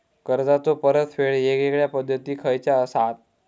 कर्जाचो परतफेड येगयेगल्या पद्धती खयच्या असात?